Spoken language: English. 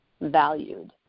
valued